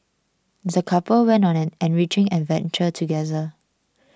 the couple went on an enriching adventure together